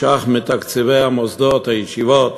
ש"ח מתקציבי המוסדות, הישיבות,